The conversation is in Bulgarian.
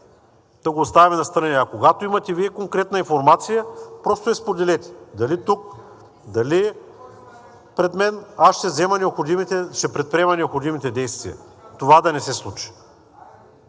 да го оставим настрана. Но когато Вие имате конкретна информация, просто я споделете – дали тук, дали пред мен, аз ще предприема необходимите действия това да не се случи.